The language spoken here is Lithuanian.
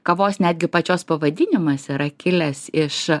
kavos netgi pačios pavadinimas yra kilęs iš